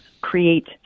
create